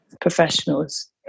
professionals